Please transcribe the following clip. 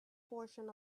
portion